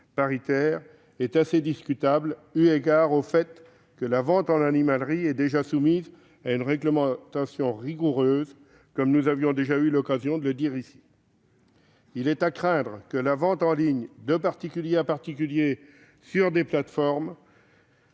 paritaire, est assez discutable, eu égard au fait que la vente en animalerie est déjà soumise à une réglementation rigoureuse, comme nous avions eu l'occasion de le dire ici. Il est à craindre que la vente en ligne de particulier à particulier sur des plateformes